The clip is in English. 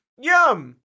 Yum